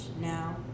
now